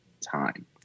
time